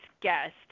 guest